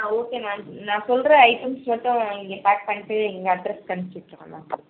ஆ okay ma'am நான் சொல்கிற items மட்டும் நீங்கள் பேக் பண்ணிவிட்டு இந்த அட்ரஸுக்கு அனுப்ச்சிவிட்ருங்க மேம்